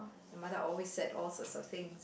mother always said all such a things